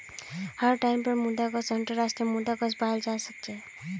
हर टाइपेर मुद्रा कोष अन्तर्राष्ट्रीय मुद्रा कोष पायाल जा छेक